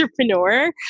entrepreneur